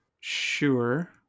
Sure